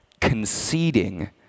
Conceding